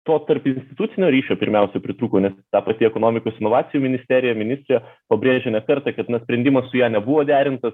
to tarpinstitucinio ryšio pirmiausia pritrūko nes ta pati ekonomikos inovacijų ministerija ministrė pabrėžė ne kartą kad na sprendimas su ja nebuvo derintas